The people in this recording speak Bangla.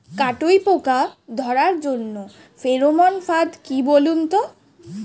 কাটুই পোকা ধরার জন্য ফেরোমন ফাদ কি বলুন তো?